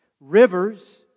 Rivers